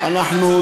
אתה צודק,